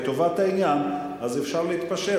לטובת העניין אפשר להתפשר.